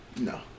No